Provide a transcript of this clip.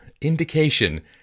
indication